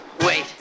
Wait